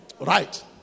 Right